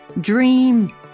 dream